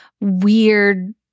weird